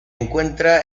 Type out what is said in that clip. encuentra